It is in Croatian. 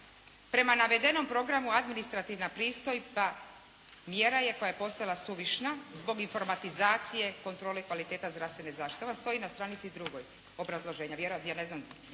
"Prema navedenom programu administrativna pristojba mjera je koja je postala suvišna zbog informatizacije, kontrole i kvaliteta zdravstvene zaštite.". To vam stoji na stranici drugoj obrazloženja.